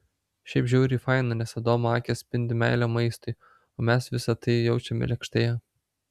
šiaip žiauriai faina nes adomo akys spindi meile maistui o mes visa tai jaučiame lėkštėje